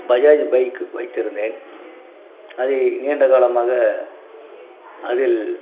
Bajaj bike வைத்திருந்தேன் அதை நீண்ட காலமாக அதில்